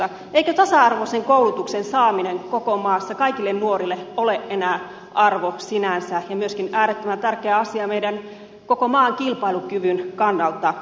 eikö tasa arvoisen koulutuksen saaminen koko maassa kaikille nuorille ole enää arvo sinänsä ja myöskin äärettömän tärkeä asia koko maan kilpailukyvyn kannalta